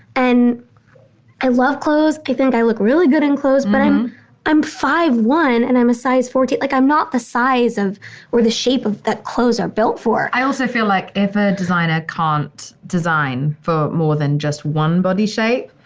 and i love clothes. i think i look really good in clothes, but i'm i'm five zero one and i'm a size fourteen. like i'm not the size of or the shape of that clothes are built for i also feel like if a designer can't design for more than just one body shape,